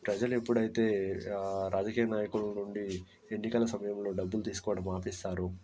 ప్రజలు ఎప్పుడైతే రాజకీయ నాయకుల నుండి ఎన్నికల సమయంలో డబ్బులు తీసుకోవడం ఆపేస్తారో